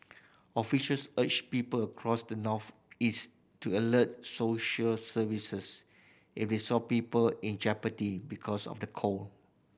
officials urged people across the northeast to alert social services if they saw people in jeopardy because of the cold